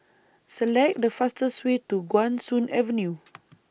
Select The fastest Way to Guan Soon Avenue